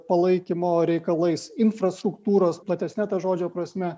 palaikymo reikalais infrastruktūros platesne to žodžio prasme